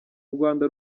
rwanda